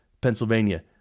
Pennsylvania